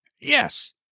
Yes